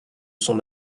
son